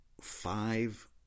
Five